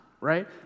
right